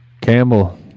Campbell